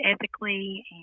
ethically